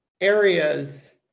areas